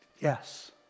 Yes